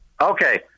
Okay